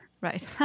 Right